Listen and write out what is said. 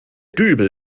dübel